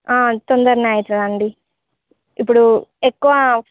తొందరనే అవుతదండి ఇప్పుడు ఎక్కువ